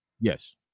yes